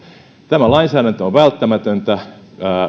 tämä lainsäädäntö on välttämätöntä